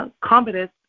competence